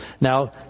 Now